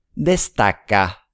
Destaca